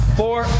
four